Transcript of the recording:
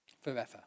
forever